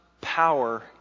power